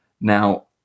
now